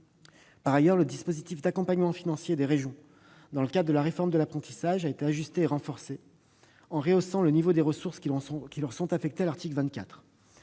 automobile. Le dispositif d'accompagnement financier des régions dans le cadre de la réforme de l'apprentissage a été également ajusté et renforcé, en rehaussant le niveau des ressources qui leur sont affectées à l'article 24.